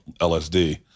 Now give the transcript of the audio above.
LSD